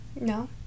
No